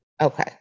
Okay